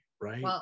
Right